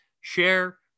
share